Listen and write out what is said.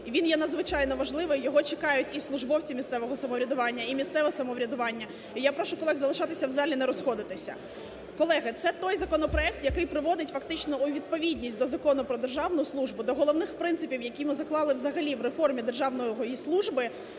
він є надзвичайно важливий, його чекають і службовці місцевого самоврядування, і місцеве самоврядування, і я прошу колег залишатися в залі, не розходитися. Колеги, це той законопроект, який приводить фактично у відповідність до Закону про державну службу, до головних принципів, які ми заклали взагалі в реформі державної служби,